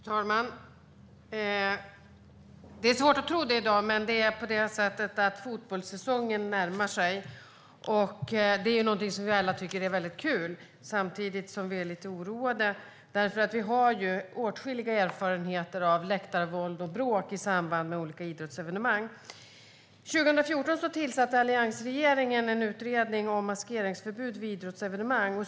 Fru talman! Det är svårt att tro det i dag, men fotbollssäsongen närmar sig faktiskt. Det är något som vi alla tycker är väldigt kul, men samtidigt är vi lite oroade. Vi har ju åtskilliga erfarenheter av läktarvåld och bråk i samband med olika idrottsevenemang. År 2014 tillsatte alliansregeringen en utredning om maskeringsförbud vid idrottsevenemang.